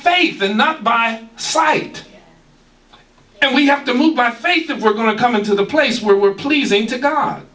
faith and not by sight and we have to move our faith that we're going to come into the place where we're pleasing to god